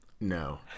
No